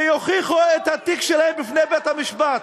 שיוכיחו את התיק שלהם בפני בית-המשפט.